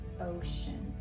ocean